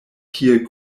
kiel